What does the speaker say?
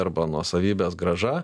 arba nuosavybės grąža